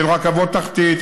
של רכבות תחתיות,